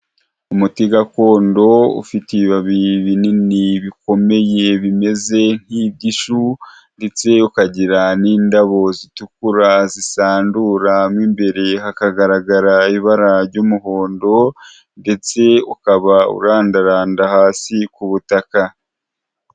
Umuti gakondo ufite ibibabi binini bikomeye bimeze nk'iby'ishu, ndetse ukagira n'indabo zitukura zisandura mo imbere hakagaragara ibara ry'umuhondo, ndetse ukaba urandaranda hasi ku butaka.